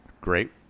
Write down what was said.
great